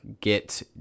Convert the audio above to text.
get